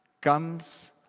comes